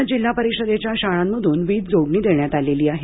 राज्यात जिल्हा परिषदेच्या शाळांमधून वीज जोडणी देण्यात आलेली आहे